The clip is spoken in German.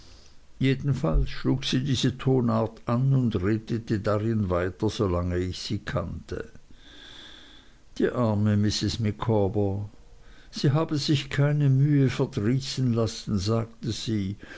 jedenfalls schlug sie diese tonart an und redete darin weiter solange ich sie kannte die arme mrs micawber sie habe sich keine mühe verdrießen lassen sagte sie